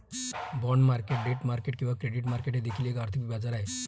bond market debt market किंवा credit market हे देखील एक आर्थिक बाजार आहे